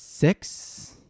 Six